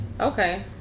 okay